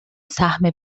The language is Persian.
سهم